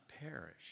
perish